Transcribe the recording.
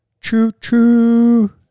choo-choo